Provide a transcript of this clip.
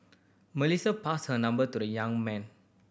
Melissa passed her number to the young man